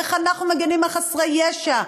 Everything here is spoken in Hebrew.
איך אנחנו מגינים על חסרי ישע?